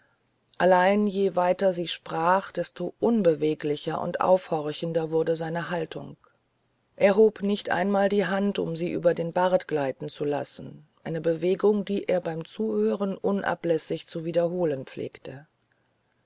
allein je weiter sie sprach desto unbeweglicher und aufhorchender wurde seine haltung er hob nicht einmal die hand um sie über den bart gleiten zu lassen eine bewegung die er beim zuhören unablässig zu wiederholen pflegte